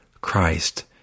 Christ